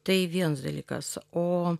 tai viens dalykas o